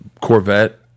Corvette